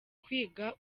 kwiga